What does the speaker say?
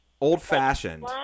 Old-fashioned